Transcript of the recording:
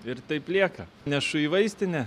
ir taip lieka nešu į vaistinę